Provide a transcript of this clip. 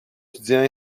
étudiants